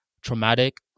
traumatic